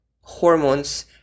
hormones